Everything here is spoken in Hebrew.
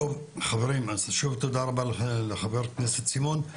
תודה רבה לך חבר הכנסת סימון,